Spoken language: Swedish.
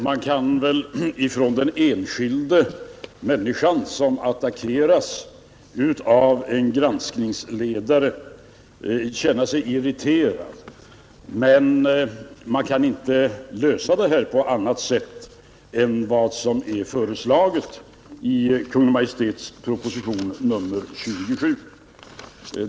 Herr talman! Visst kan den enskilda människan som attackeras av en granskningsledare känna sig irriterad, men man kan inte lösa det här på annat sätt än vad som är föreslaget i Kungl. Maj:ts proposition nr 27.